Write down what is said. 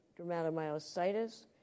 dermatomyositis